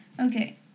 Okay